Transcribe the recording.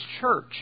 church